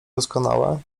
doskonałe